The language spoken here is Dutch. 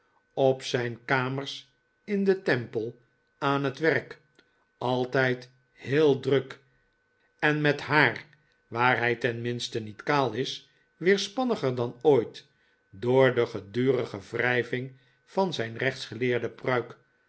op zijn kamers in de temple aan het werk altijd heel druk en met haar waar hij tenminste niet kaal is weerspanniger dan ooit door de gedurige wrijving van zijn rechtsgeleerde pruik